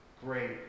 great